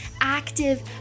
active